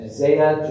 Isaiah